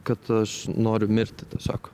kad aš noriu mirti tiesiog